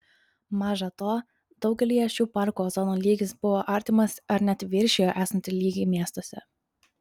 maža to daugelyje šių parkų ozono lygis buvo artimas ar net viršijo esantį lygį miestuose